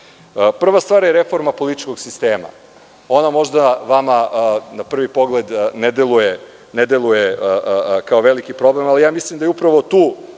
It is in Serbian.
stvar je reforma političkog sistema. Ona možda vama na prvi pogled ne deluje kao veliki problem, ali mislim da je upravo tu